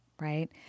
right